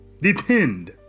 depend